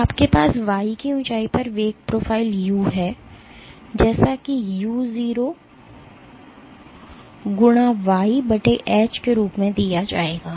तो आपके पास y की ऊँचाई पर वेग प्रोफ़ाइल u है जैसा कि u0 y H के रूप में दिया जाएगा